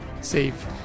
save